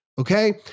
okay